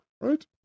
right